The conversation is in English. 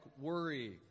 worry